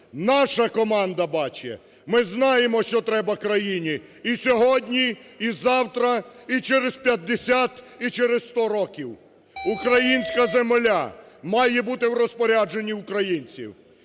наша команда бачить, ми знаємо, що треба країні і сьогодні, і завтра, і через 50, і через 100 років. Українська земля має бути в розпорядженні українців,